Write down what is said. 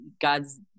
God's